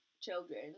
children